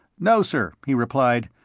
no, sir, he replied.